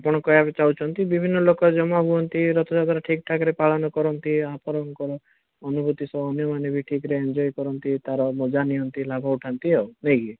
ଆପଣ କହିବାକୁ ଚାହୁଁଛନ୍ତି ବିଭିନ୍ନ ଲୋକ ଜମା ହୁଅନ୍ତି ରଥ ଯାତ୍ରା ଠିକ୍ ଠାକ୍ରେ ପାଳନ କରନ୍ତି ଆପଣଙ୍କର ଅନୁଭୂତି ଅନ୍ୟମାନେ ବି ଠିକ୍ରେ ଆଚ୍ଛା ଏଞ୍ଜଜୟ କରନ୍ତି ତା'ର ମଜା ନିଅନ୍ତି ଲାଭ ଉଠାନ୍ତି ଆଉ ନାହିଁକି